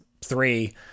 three